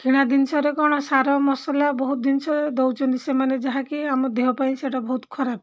କିଣା ଜିନିଷରେ କ'ଣ ସାର ମସଲା ବହୁତ ଜିନିଷ ଦେଉଛନ୍ତି ସେମାନେ ଯାହାକି ଆମ ଦେହପାଇଁ ସେଇଟା ବହୁତ ଖରାପ